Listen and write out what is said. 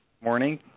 morning